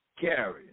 carry